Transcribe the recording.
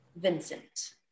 Vincent